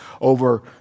over